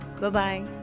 Bye-bye